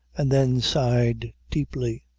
and then sighed deeply.